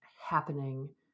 happening